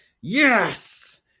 Yes